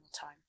time